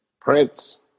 Prince